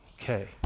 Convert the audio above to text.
Okay